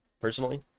personally